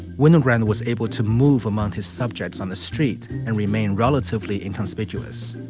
winogrand was able to move among his subjects on the street and remain relatively inconspicuous.